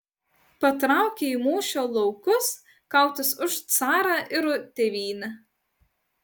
patraukė į mūšio laukus kautis už carą ir tėvynę